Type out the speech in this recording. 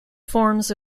forms